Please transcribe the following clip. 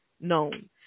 known